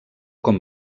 com